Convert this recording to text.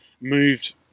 moved